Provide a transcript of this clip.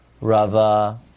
Rava